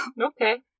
Okay